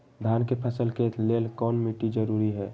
धान के फसल के लेल कौन मिट्टी जरूरी है?